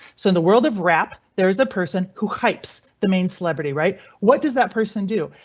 so in the world of rap there's a person who hypes the main celebrity right? what does that person do?